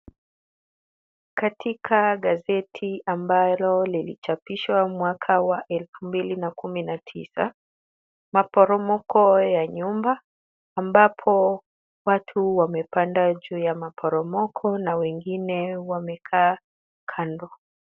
Katika gazeti ambalo lilichapishwa mwaka wa elfu mbili kumi na tisa, maporomoko ya nyumba, ambapo watu wamepanda juu ya maporomoko na wengine wamekaa kando.